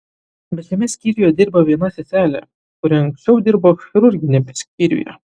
bet šiame skyriuje dirba viena seselė kuri anksčiau dirbo chirurginiame skyriuje